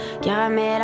caramel